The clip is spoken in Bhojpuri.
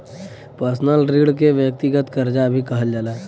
पर्सनल ऋण के व्यक्तिगत करजा भी कहल जाला